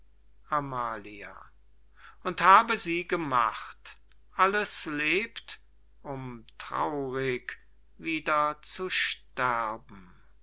amalia und habe sie gemacht alles lebt um traurig wieder zu sterben